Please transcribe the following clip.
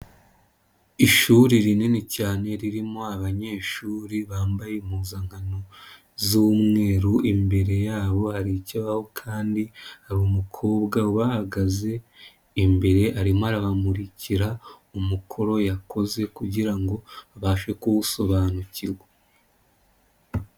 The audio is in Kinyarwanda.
Ishuri rinini cyane ririmo abanyeshuri bambaye impuzankano z'umweru, imbere yabo hari ikibaho kandi hari umukobwa ubahagaze imbere, arimo arabamurikira umukoro yakoze kugira ngo babashe kuwusobanukirwa.